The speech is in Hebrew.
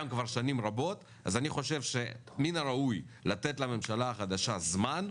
כבר שנים רבות אז אני חושב שמן הראוי לתת לממשלה החדשה זמן,